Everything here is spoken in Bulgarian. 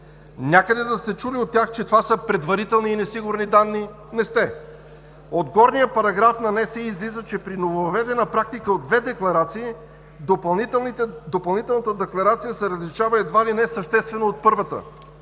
Някъде да сте чули от тях, че това са предварителни и несигурни данни? Не сте! От горния параграф на НСИ излиза, че при нововъведена практика от две декларации допълнителната декларация се различава едва ли не съществено от първата.